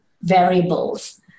variables